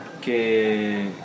que